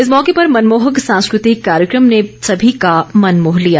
इस मौके पर मनमोहक सांस्कृतिक कार्यक्रम ने सभी का मन मोह लिया